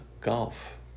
golf